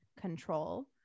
control